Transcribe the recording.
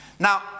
Now